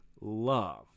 love